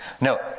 no